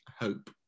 hope